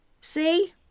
See